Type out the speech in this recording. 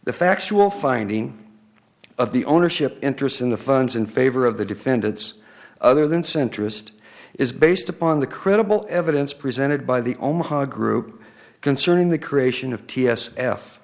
the factual finding of the ownership interest in the funds in favor of the defendants other than centrist is based upon the credible evidence presented by the omaha group concerning the creation of t s f